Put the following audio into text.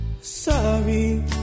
Sorry